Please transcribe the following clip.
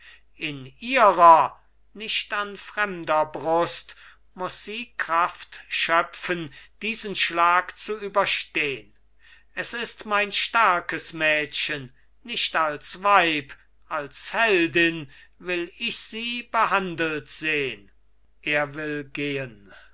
in ihrer nicht an fremder brust muß sie kraft schöpfen diesen schlag zu überstehn es ist mein starkes mädchen nicht als weib als heldin will ich sie behandelt sehn er will gehen